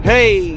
Hey